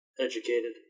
educated